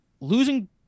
Losing